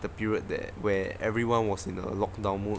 the period that where everyone was in a lockdown mode